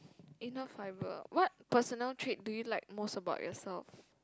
enough fibre what personal trait do you like most about yourself